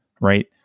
right